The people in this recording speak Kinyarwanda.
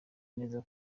neza